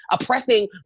Oppressing